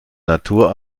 natur